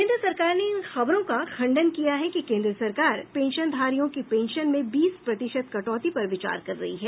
केन्द्र सरकार ने इन खबरों का खण्डन किया है कि केन्द्र सरकार पेंशनधारियों की पेंशन में बीस प्रतिशत कटौती पर विचार कर रही है